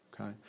Okay